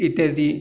इत्यादी